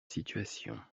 situation